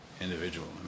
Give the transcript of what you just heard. individual